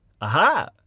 Aha